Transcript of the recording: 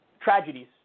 tragedies